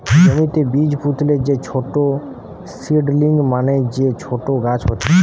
জমিতে বীজ পুতলে যে ছোট সীডলিং মানে যে ছোট গাছ হতিছে